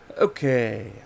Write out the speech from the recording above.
Okay